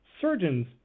surgeons